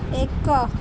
ଏକ